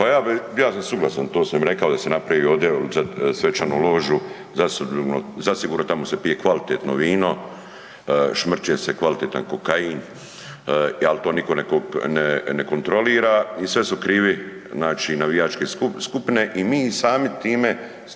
bi, ja sam suglasan to sam i rekao da se napravi ovdje za svečanu ložu, zasigurno tamo se pije kvalitetno vino, šmrče se kvalitetan kokain, al to nitko ne kontrolira i sve su krivi znači navijačke skupine i mi samim time dajemo